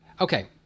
Okay